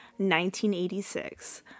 1986